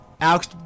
Alex